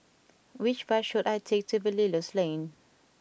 which bus should I take to Belilios Lane